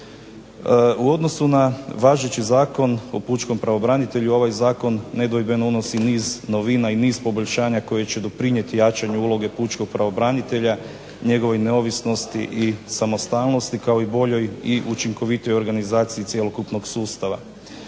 U odnosu na važeći Zakon o pučkom pravobranitelju ovaj zakon nedvojbeno unosi niz novina i niz poboljšanja koji će doprinijeti jačanju uloge pučkog pravobranitelja, njegovoj neovisnosti i samostalnosti, kao i boljoj i učinkovitijoj organizaciji cjelokupnog sustava.